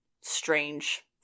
strange